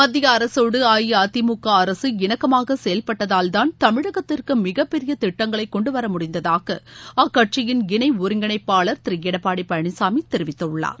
மத்திய அரசோடு அஇஅதிமுக அரசு இணக்கமாக செயல்பட்டதால்தான் தமிழகத்திற்கு மிகப்பெரிய திட்டங்களை கொண்டு வர முடிந்ததாக அக்கட்சியின் இணை ஒருங்கிணைப்பாளர் திரு எடப்பாடி பழனிசாமி தெரிவித்துள்ளார்